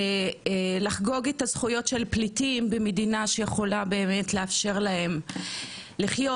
לחגוג את הזכויות של פליטים במדינה שיכולה באמת לאפשר להם לחיות,